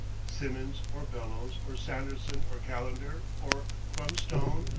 simmons, or bellows, or sanderson, or calendar, or crumbstone,